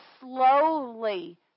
slowly